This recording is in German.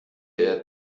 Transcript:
der